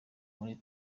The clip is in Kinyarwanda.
muri